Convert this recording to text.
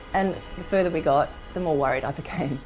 and the further we got the more worried i became.